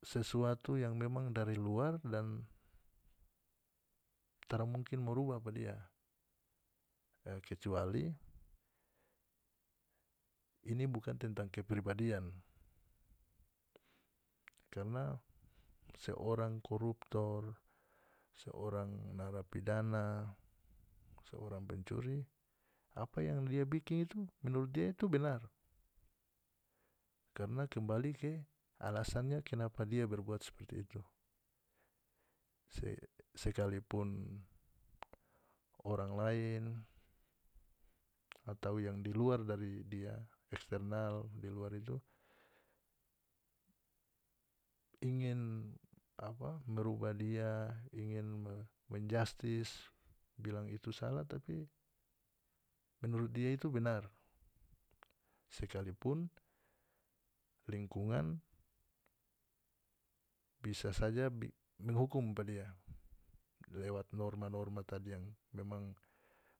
Sesuatu yang memang dari luar dan tara mungkin mo rubah pa dia terkecuali ini bukan tentang kepribadian karna seorang koruptor seorang narapidana seorang pencuri apa yang dia bikin itu menurut dia itu benar karna kembali ke alasannya kenapa dia berbuat seperti itu sekalipun orang lain atau yang di luar dari dia eksternal di luar itu ingin apa merubah dia ingin menjastis bilang itu salah tapi menurut dia itu benar sekalipun lingkungan bisa saja menghukum pa dia lewat norma-norma tadi yang memang